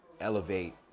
elevate